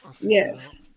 yes